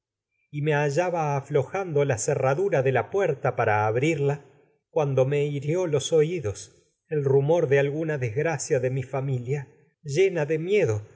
y para ha aflojando la cerradura de la puerta abrirla antígona cuando de mi me hirió los pidos el rumor de alguna desgracia familia llena de miedo